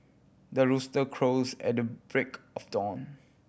the rooster crows at the break of dawn